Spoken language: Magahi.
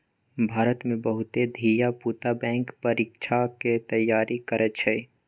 भारत में बहुते धिया पुता बैंक परीकछा के तैयारी करइ छइ